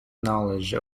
knowledge